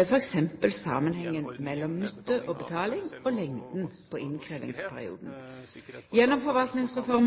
f.eks. samanhengen mellom nytte og betaling og lengda på